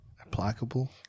Applicable